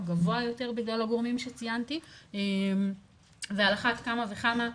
גבוה יותר בגלל הגורמים שציינתי ועל אחת כמה וכמה,